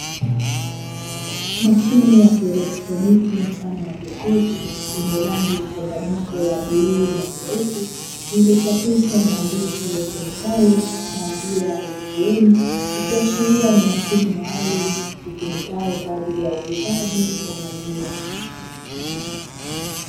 Mashine ya kielektroniki mfano wa jokofu lenye rangi mchanganyiko ya bluu na nyeupe, lililichapishwa maandishi yasomekayo maziwa "ATM". Ikiashiria ni mashine maalumu itumikayo kwa ajili ya uuzaji wa maziwa.